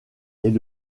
est